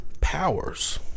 powers